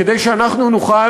כדי שאנחנו נוכל,